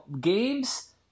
games